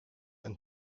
and